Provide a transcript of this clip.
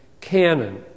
canon